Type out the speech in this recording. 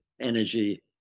energy